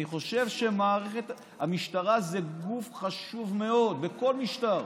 אני חושב שהמשטרה היא גוף חשוב מאוד בכל משטר,